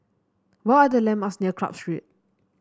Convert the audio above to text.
what are the landmarks near Club Street